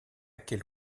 quelle